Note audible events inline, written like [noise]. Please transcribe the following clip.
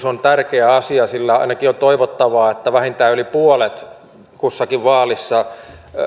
[unintelligible] on tärkeä asia sillä ainakin on toivottavaa että vähintään yli puolet kussakin vaalissa